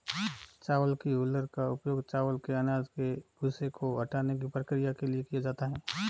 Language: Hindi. चावल की हूलर का उपयोग चावल के अनाज के भूसे को हटाने की प्रक्रिया के लिए किया जाता है